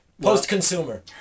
Post-consumer